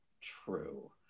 true